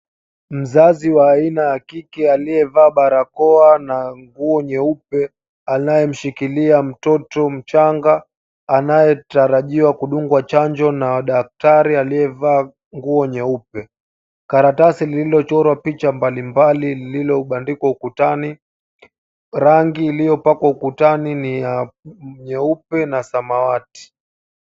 Mzazi wa aina ya kike aliyevaa barakoa na nguo nyeupe anayemshikilia mtoto mchanga anayetarajiwa kudungwa chanjo na daktari aliyevaa nguo nyeupe. Karatasi lililochorwa picha mbalimbali lililobandikwa ukutani. Rangi iliyopakwa ukutani ni nyeupe na samawati.